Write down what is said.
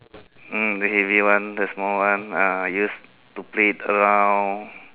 mm the heavy one the small one ah I use to play it around